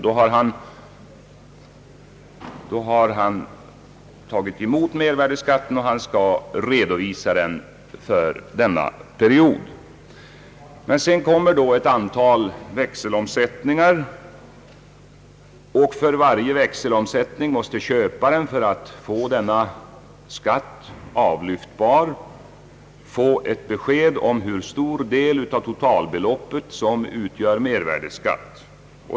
Då har han alltså tagit emot mervärdeskatten och skall redovisa den för denna period. Men sedan kommer ett antal växelomsättningar. För varje växelomsättning måste köparen för att denna skatt skall bli avlyftbar få ett besked om hur stor del av totalbeloppet som utgör mervärdeskatt.